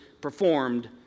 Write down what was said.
performed